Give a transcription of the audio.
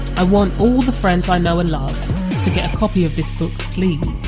i want all the friends i know and love to get a copy of this book please'